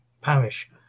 parish